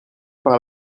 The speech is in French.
par